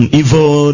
evil